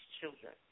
children